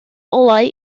olau